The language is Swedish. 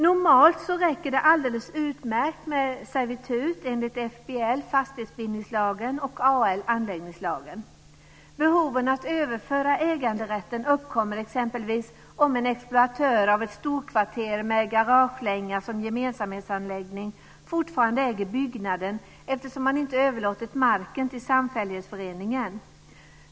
Normalt räcker det alldeles utmärkt med servitut enligt FBL, fastighetsbildningslagen, och AL, anläggningslagen. Behoven av att överföra äganderätten uppkommer exempelvis om en exploatör av ett storkvarter med garagelänga som gemensamhetsanläggning fortfarande äger byggnaden eftersom man inte överlåtit marken till samfällighetsföreningen.